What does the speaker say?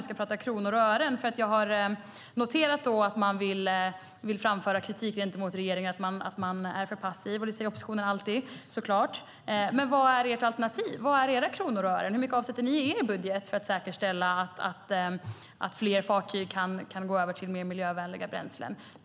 Jag har ju noterat att man vill framföra kritik mot regeringen för att den är för passiv - det säger oppositionen alltid såklart - men vad är ert alternativ? Var är era kronor och ören? Hur mycket avsätter ni i er budget för att säkerställa att fler fartyg kan gå över till mer miljövänliga bränslen?